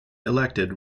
elected